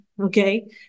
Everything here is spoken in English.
okay